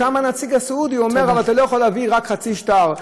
קם הנציג הסעודי ואמר: אבל אתה לא יכול להביא רק חצי שטר.